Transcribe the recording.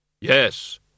Yes